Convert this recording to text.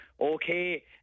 okay